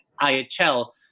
ihl